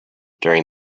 during